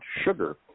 Sugar